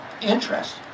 interest